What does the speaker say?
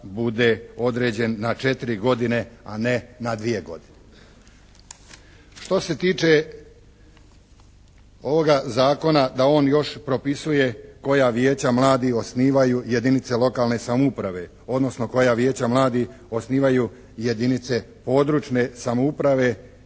bude određen na četiri godine a ne na dvije godine. Što se tiče ovoga zakona da on još propisuje koja Vijeća mladih osnivaju jedinice lokalne samouprave odnosno koja Vijeća mladih osnivaju jedinice područne samouprave